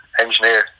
engineer